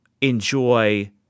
enjoy